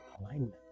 alignment